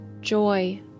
joy